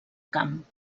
camp